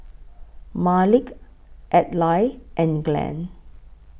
Malik Adlai and Glenn